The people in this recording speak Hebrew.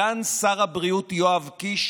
וסגן שר הבריאות יואב קיש